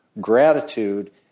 gratitude